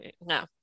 No